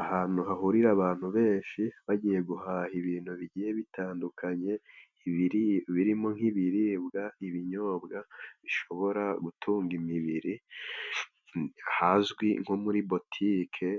Ahantu hahurira abantu benshi bagiye guhaha ibintu bigiye bitandukanye birimo nk'ibiribwa, ibinyobwa bishobora gutunga imibiri hazwi nko muri botike,